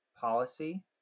policy